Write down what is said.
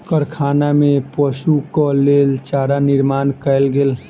कारखाना में पशुक लेल चारा निर्माण कयल गेल